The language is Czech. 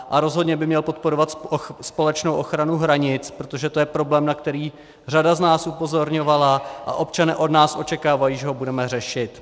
A rozhodně by měl podporovat společnou ochranu hranic, protože to je problém, na který řada z nás upozorňovala, a občané od nás očekávají, že ho budeme řešit.